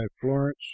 Florence